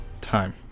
Time